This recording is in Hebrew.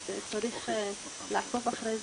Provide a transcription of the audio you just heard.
אז צריך לעקוב אחרי זה.